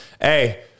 Hey